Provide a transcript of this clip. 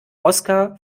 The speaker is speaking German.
oskar